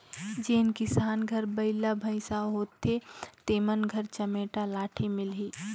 जेन किसान घर बइला भइसा होथे तेमन घर चमेटा लाठी मिलही